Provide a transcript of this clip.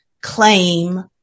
claim